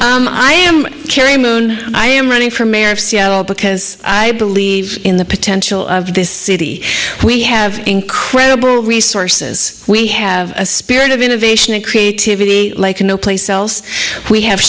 interesting i am carrying i am running for mayor of seattle because i believe in the potential of this city we have incredible resources we have a spirit of innovation and creativity like no place else we have